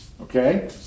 Okay